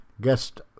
Guest